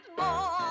more